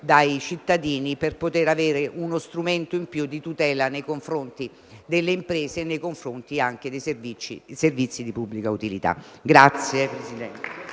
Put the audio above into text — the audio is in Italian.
Grazie, Presidente.